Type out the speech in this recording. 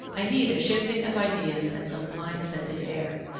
i need a shifting of ideas and some pine-scented air.